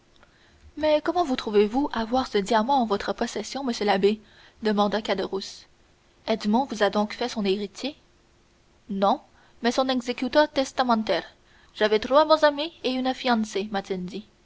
mais comment vous trouvez-vous avoir ce diamant en votre possession monsieur l'abbé demanda caderousse edmond vous a donc fait son héritier non mais son exécuteur testamentaire j'avais trois bons amis et une fiancée m'a-t-il dit